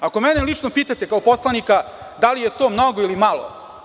Ako mene lično pitate, kao poslanika da li je to mnogo ili malo?